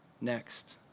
next